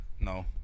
No